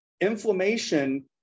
inflammation